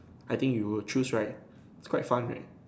I think you would choose right it's quite fun right